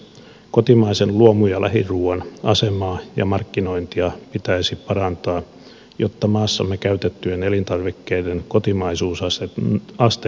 kotimaisen luomu ja lähiruuan asemaa ja markkinointia pitäisi parantaa jotta maassamme käytettyjen elintarvikkeiden kotimaisuusaste nousisi